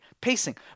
pacing